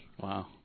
Wow